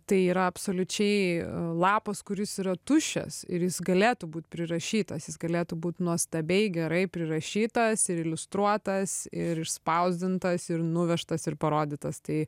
tai yra absoliučiai lapas kuris yra tuščias ir jis galėtų būt prirašytas jis galėtų būt nuostabiai gerai prirašytas ir iliustruotas ir išspausdintas ir nuvežtas ir parodytas tai